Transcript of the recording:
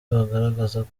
bagaragazaga